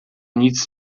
nic